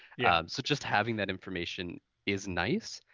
yeah so just having that information is nice